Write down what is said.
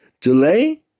delay